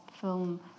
film